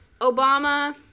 Obama